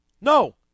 No